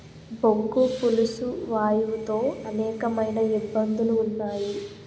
బొగ్గు పులుసు వాయువు తో అనేకమైన ఇబ్బందులు ఉన్నాయి